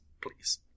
please